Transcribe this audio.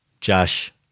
Josh